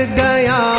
gaya